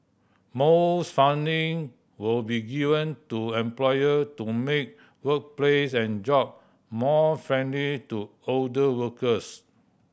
more funding will be given to employer to make workplace and job more friendly to older workers